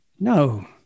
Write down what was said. No